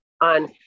on